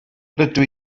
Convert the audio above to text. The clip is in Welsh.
rydw